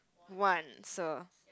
one so